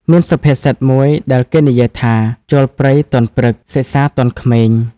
មានសុភាសិតមួយដែលគេនិយាយថា ចូលព្រៃទាន់ព្រឹក សិក្សាទាន់ក្មេង ។